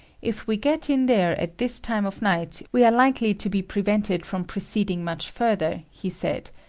if we get in there at this time of night, we are likely to be prevented from preceding much further, he said,